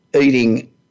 eating